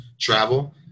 Travel